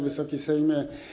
Wysoki Sejmie!